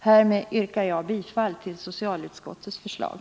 Härmed yrkar jag bifall till socialutskottets förslag.